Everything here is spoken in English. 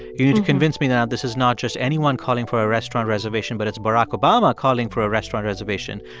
you need to convince me now this is not just anyone calling for a restaurant reservation, but it's barack obama calling for a restaurant reservation.